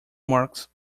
marks